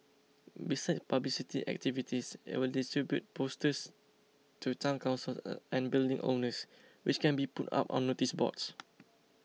besides publicity activities it will distribute posters to Town Councils and building owners which can be put up on noticeboards